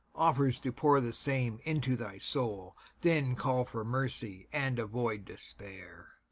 offers to pour the same into thy soul then call for mercy, and avoid despair.